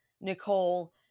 Nicole